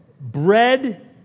bread